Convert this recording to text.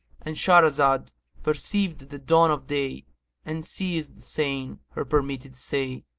and shahrazad perceived the dawn of day and ceased saying her permitted stay.